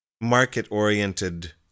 market-oriented